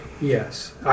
Yes